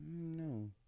No